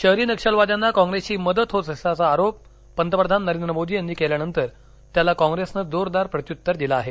शहरी नक्षलवाद्यांना काँग्रेसची मदत होत असल्याचा आरोप पंतप्रधान नरेंद्र मोदी यांनी केल्यानंतर त्याला काँग्रेसने जोरदार प्रत्युत्तर दिलं आहे